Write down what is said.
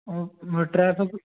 traffic